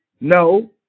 no